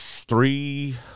three